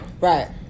Right